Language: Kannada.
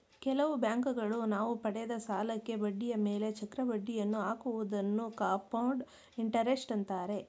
ಕೆಲವು ಬ್ಯಾಂಕುಗಳು ನಾವು ಪಡೆದ ಸಾಲಕ್ಕೆ ಬಡ್ಡಿಯ ಮೇಲೆ ಚಕ್ರ ಬಡ್ಡಿಯನ್ನು ಹಾಕುವುದನ್ನು ಕಂಪೌಂಡ್ ಇಂಟರೆಸ್ಟ್ ಅಂತಾರೆ